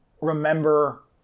remember